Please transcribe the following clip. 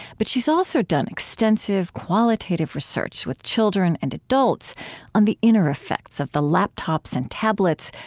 but she's also done extensive, qualitative research with children and adults on the inner effects of the laptops and tablets,